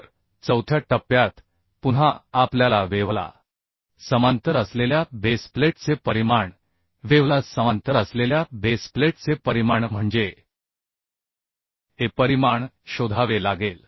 तर चौथ्या टप्प्यात पुन्हा आपल्याला वेव्हला समांतर असलेल्या बेस प्लेटचे परिमाण वेव्हला समांतर असलेल्या बेस प्लेटचे परिमाण म्हणजे हे परिमाण शोधावे लागेल